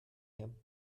him